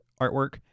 artwork